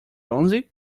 onze